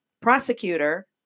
prosecutor